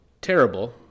terrible